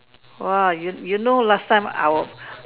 !wah! you you know last time our